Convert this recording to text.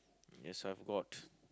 yes I've got